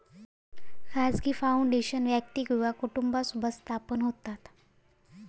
खाजगी फाउंडेशन व्यक्ती किंवा कुटुंबासोबत स्थापन होता